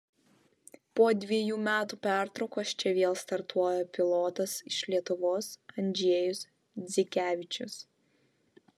po dvejų metų pertraukos čia vėl startuoja pilotas iš lietuvos andžejus dzikevičius